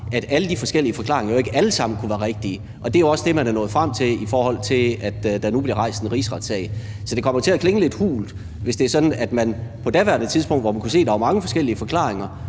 at alle de forskellige forklaringer jo ikke alle sammen kunne være rigtige. Og det er jo også det, man er nået frem til, i forhold til at der nu bliver rejst en rigsretssag. Så det kommer til at klinge lidt hult, hvis det er sådan, at man på daværende tidspunkt, hvor man kunne se, at der var mange forskellige forklaringer,